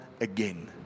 again